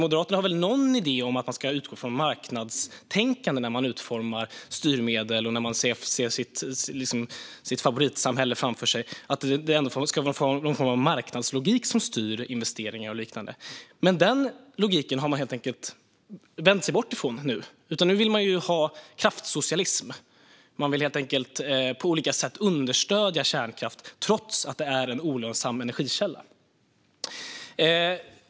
Moderaterna har väl någon idé om att man ska utgå från marknadstänkande när man utformar styrmedel och när man ser sitt favoritsamhälle framför sig. Det ska väl vara någon form av marknadslogik som styr investeringar och liknande. Men den logiken har man vänt sig bort från nu. Nu vill man ha kraftsocialism. Man vill på olika sätt understödja kärnkraft trots att det är en olönsam energikälla.